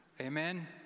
amen